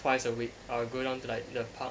twice a week I'll go down to like the park